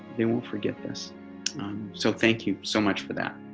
they won't forget this so thank you so much for that